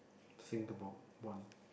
I think about one